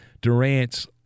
Durant's